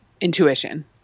intuition